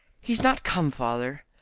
he's not come, father.